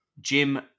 Jim